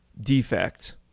defect